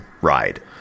ride